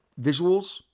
visuals